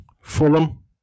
Fulham